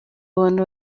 abantu